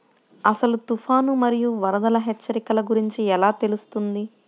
అసలు తుఫాను మరియు వరదల హెచ్చరికల గురించి ఎలా తెలుస్తుంది?